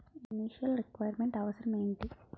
Initial requirement అవసరం ఎంటి?